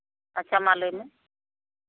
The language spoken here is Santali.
ᱟᱪᱪᱷᱟ ᱢᱟ ᱞᱟᱹᱭᱢᱮ